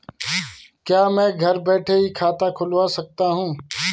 क्या मैं घर बैठे ही खाता खुलवा सकता हूँ?